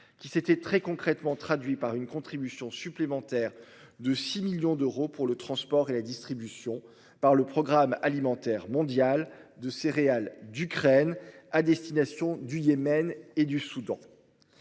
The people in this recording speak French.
qui c'était très concrètement traduit par une contribution supplémentaire de 6 millions d'euros pour le transport et la distribution par le Programme alimentaire mondial de céréales d'Ukraine à destination du Yémen et du Soudan.